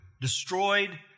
destroyed